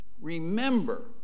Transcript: Remember